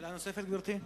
שאלה נוספת, גברתי?